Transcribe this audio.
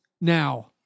now